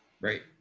Right